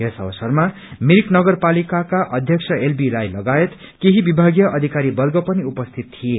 यस अवसरमा मिरिक नगरपालिकाका अध्यक्ष एलबी राई लगायत केही विभागीय अधिकारी वर्ग पनि उपस्थित थिए